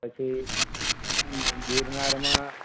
પછી ગિરનારમા